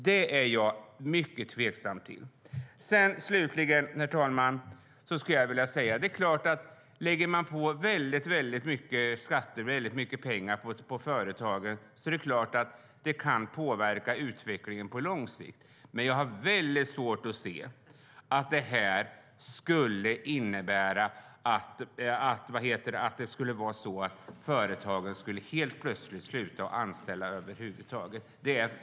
Det är jag mycket tveksam till. Slutligen, herr talman, skulle jag vilja säga att om man lägger väldigt mycket skatter och mycket pengar på företagen kan det påverka utvecklingen på lång sikt. Men jag har svårt att se att det skulle innebära att företagen helt plötsligt slutar att anställa över huvud taget.